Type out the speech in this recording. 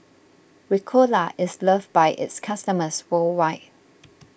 Ricola is loved by its customers worldwide